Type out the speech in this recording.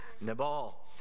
Nabal